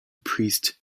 priest